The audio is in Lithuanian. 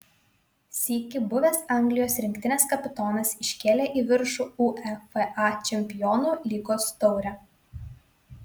sykį buvęs anglijos rinktinės kapitonas iškėlė į viršų uefa čempionų lygos taurę